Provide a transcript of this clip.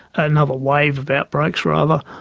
ah another wave of outbreaks rather,